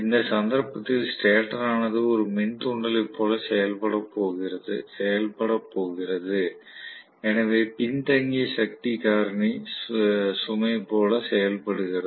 இந்த சந்தர்ப்பத்தில் ஸ்டேட்டர் ஆனது ஒரு மின் தூண்டலை போல செயல்படப் போகிறது எனவே பின்தங்கிய சக்தி காரணி சுமை போல செயல்படுகிறது